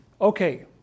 okay